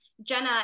jenna